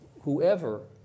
whoever